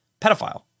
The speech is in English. pedophile